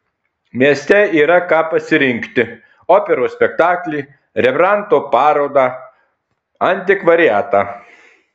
mieste yra ką pasirinkti operos spektaklį rembrandto parodą antikvariatą